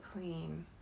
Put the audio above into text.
clean